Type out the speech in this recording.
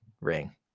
ring